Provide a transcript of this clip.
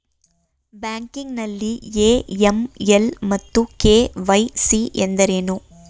Banking ನಲ್ಲಿ AML ಮತ್ತು KYC ಎಂದರೇನು?